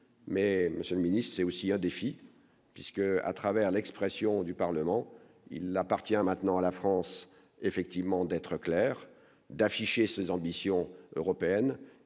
mais Monsieur mini c'est aussi un défi puisque, à travers l'expression du Parlement, il appartient maintenant à la France, effectivement, d'être clair, d'afficher ses ambitions européennes